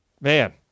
Man